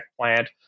plant